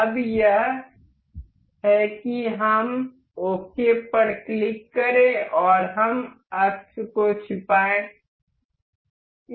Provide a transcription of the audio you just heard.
अब यह है कि हम ओके पर क्लिक करें हम अक्ष को छिपाएंगे